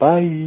Bye